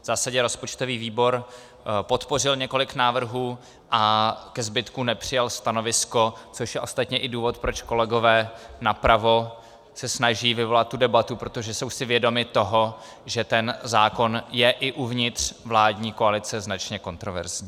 V zásadě rozpočtový výbor podpořil několik návrhů a ke zbytku nepřijal stanovisko, což je ostatně i důvod, proč kolegové napravo se snaží vyvolat tu debatu, protože jsou si vědomi toho, že ten zákon je i uvnitř vládní koalice značně kontroverzní.